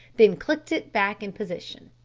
then clicked it back in position,